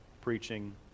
preaching